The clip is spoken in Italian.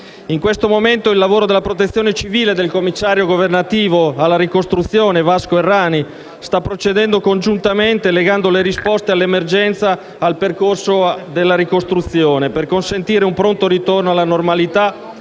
In questo momento il lavoro della Protezione civile e del commissario governativo alla ricostruzione Vasco Errani sta procedendo congiuntamente, legando le risposte all'emergenza al percorso della ricostruzione per consentire un pronto ritorno alla normalità